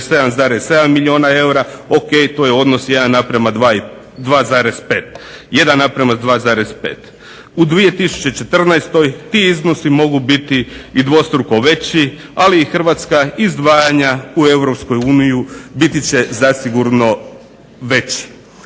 267,7 milijuna eura, ok, to je odnos 1:2,5. U 2014. ti iznosi mogu biti i dvostruko veći, ali i Hrvatska izdvajanja u Europsku uniju biti će zasigurno veći.